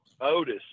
Otis